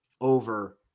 over